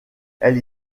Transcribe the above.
elle